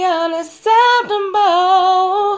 unacceptable